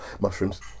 Mushrooms